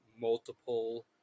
Multiple